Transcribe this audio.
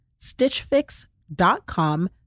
Stitchfix.com